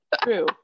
True